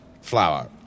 Flour